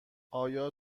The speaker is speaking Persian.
آیا